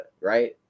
right